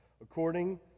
According